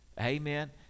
Amen